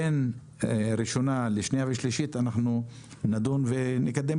בין ראשונה לשנייה ושלישית אנחנו נדון ונקדם